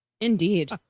Indeed